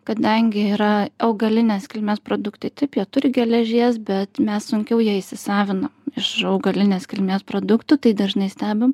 kadangi yra augalinės kilmės produktai taip jie turi geležies bet mes sunkiau ją įsisavinam iš augalinės kilmės produktų tai dažnai stebim